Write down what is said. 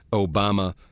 obama!